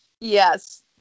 Yes